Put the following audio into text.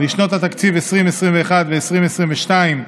לשנות התקציב 2021 ו-2022),